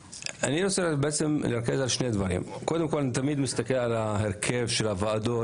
לנסות לא רק לומר שחינוך מדעי זה ערך חשוב ולהגיע להסכמות עקרוניות,